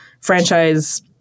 franchise